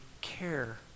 care